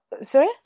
sorry